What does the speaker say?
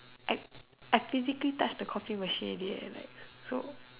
I I physically touch the Coffee machine already eh like so